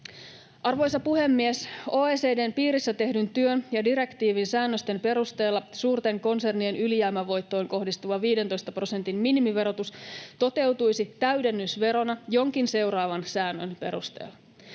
Arvoisa puhemies! OECD:n piirissä tehdyn työn ja direktiivin säännösten perusteella suurten konsernien ylijäämävoittoon kohdistuva 15 prosentin minimiverotus toteutuisi täydennysverona jonkin seuraavan säännön perusteella: